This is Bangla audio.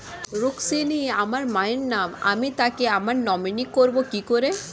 রুক্মিনী আমার মায়ের নাম আমি তাকে আমার নমিনি করবো কি করে?